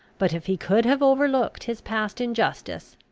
but if he could have overlooked his past injustice,